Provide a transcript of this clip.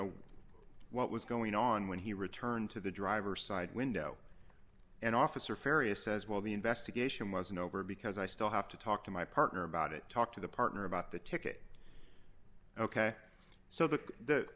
know what was going on when he returned to the driver side window and officer farea says while the investigation wasn't over because i still have to talk to my partner about it talk to the partner about the ticket ok so the